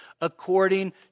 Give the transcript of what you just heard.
according